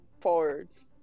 forwards